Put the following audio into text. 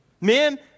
Men